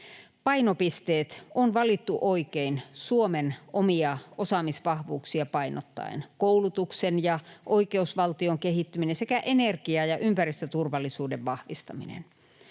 Painopisteet on valittu oikein Suomen omia osaamisvahvuuksia painottaen: koulutuksen ja oikeusvaltion kehittyminen sekä energia‑ ja ympäristöturvallisuuden vahvistaminen.